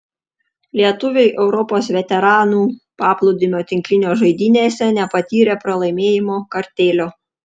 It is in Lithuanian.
lietuviai europos veteranų paplūdimio tinklinio žaidynėse nepatyrė pralaimėjimo kartėlio